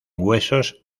huesos